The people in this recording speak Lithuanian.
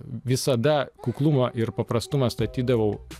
visada kuklumą ir paprastumą statydavau